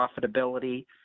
profitability